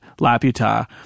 Laputa